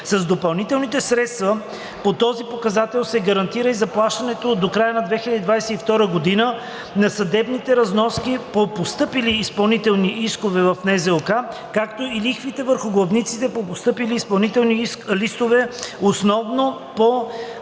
С допълнителните средства по този показател се гарантира и заплащането до края на 2022 г. на съдебните разноски по постъпили изпълнителни искове в НЗОК, както и лихвите върху главниците по постъпили изпълнителни листове основно по